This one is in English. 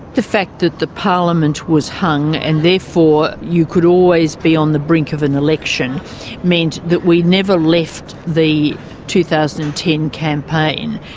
the fact that the parliament was hung and therefore you could always be on the brink of an election meant that we never left the two thousand and ten campaign.